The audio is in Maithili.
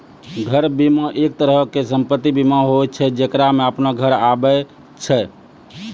घर बीमा, एक तरहो के सम्पति बीमा होय छै जेकरा मे अपनो घर आबै छै